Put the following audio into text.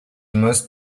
most